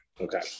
Okay